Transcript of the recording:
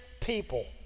people